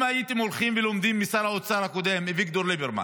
אם הייתם הולכים ולומדים משר האוצר הקודם אביגדור ליברמן,